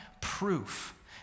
proof